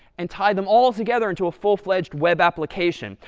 and tie them all together into a full-fledged web application.